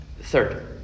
Third